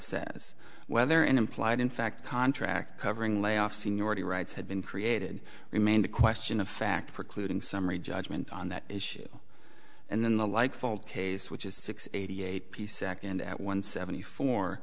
says whether an implied in fact contract covering layoffs seniority rights had been created remain the question of fact precluding summary judgment on that issue and then the like fault case which is six eighty eight p second at one seventy four